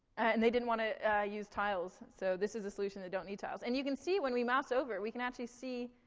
and they didn't want to use tiles so this is a solution they don't need tiles. and you can see, when we mouse over, we can actually see,